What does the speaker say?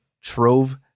trove